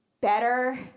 better